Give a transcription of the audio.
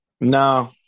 No